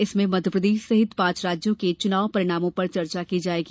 इसमें मध्यप्रदेश सहित पांचों राज्यों के चुनाव परिणामों पर चर्चा की जायेगी